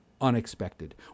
unexpected